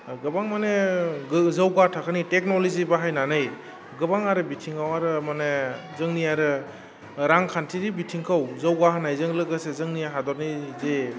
गोबां माने जौगा थाखोनि टेक्न'लजि बाहायनानै गोबां आरो बिथिङाव आरो माने जोंनि आरो रांखान्थिनि बिथिंखौ जौगाहोनायजों लोगोसे जोंनि हादरनि जे